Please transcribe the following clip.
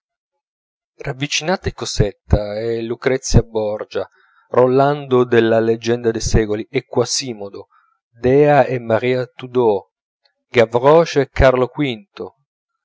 ravvicinate cosetta e lucrezia borgia rolando della leggenda dei secoli e quasimodo dea e maria tudor gavroche e carlo